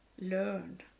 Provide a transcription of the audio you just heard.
learn